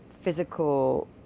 physical